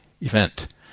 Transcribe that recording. event